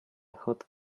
hot